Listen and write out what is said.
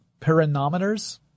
pyranometers